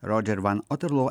rodžer van oterlo